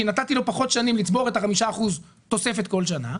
נתתי לו פחות שנים לצבור את חמשת האחוזים תוספת כל שנה,